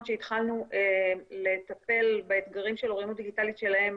שהתחלנו לטפל באתגרים של אוריינות דיגיטלית שלהן,